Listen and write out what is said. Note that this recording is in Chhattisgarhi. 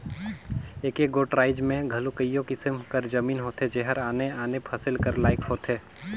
एके गोट राएज में घलो कइयो किसिम कर जमीन होथे जेहर आने आने फसिल कर लाइक होथे